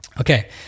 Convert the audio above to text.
Okay